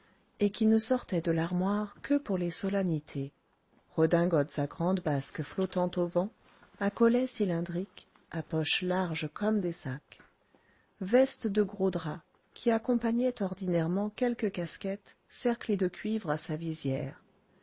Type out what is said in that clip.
et qui ne sortaient de l'armoire que pour les solennités redingotes à grandes basques flottant au vent à collet cylindrique à poches larges comme des sacs vestes de gros drap qui accompagnaient ordinairement quelque casquette cerclée de cuivre à sa visière